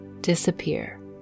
disappear